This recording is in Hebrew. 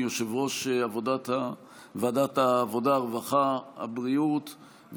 יושב-ראש ועדת העבודה הרווחה והבריאות,